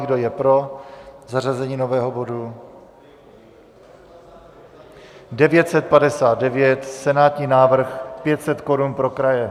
Kdo je pro zařazení nového bodu 959 senátní návrh, 500 korun pro kraje.